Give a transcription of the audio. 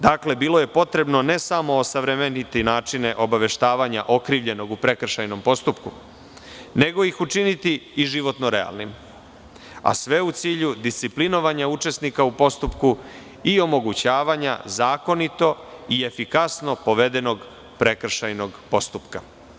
Dakle, bilo je potrebno ne samo osavremeniti načine obaveštavanja okrivljenog u prekršajnom postupku, nego ih učiniti i životno realnim, a sve u cilju disciplinovanja učesnika u postupku i omogućavanja zakonito i efikasno povedenog prekršajnog postupka.